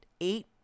eight